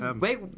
wait